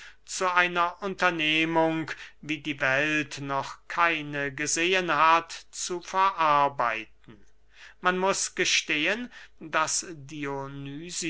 zu einer unternehmung wie die welt noch keine gesehen hat zu verarbeiten man muß gestehen daß